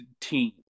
team